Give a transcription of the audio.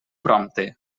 prompte